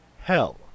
Hell